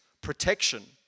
protection